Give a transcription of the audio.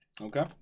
Okay